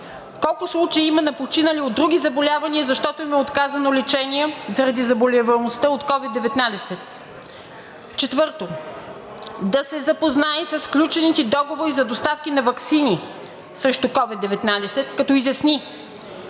Колко случаи има на починали от други заболявания, защото им е отказано лечение заради заболеваемостта от COVID-19? 1.4. Да се запознае със сключените договори за доставки на ваксини срещу COVID-19, като изясни: